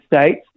States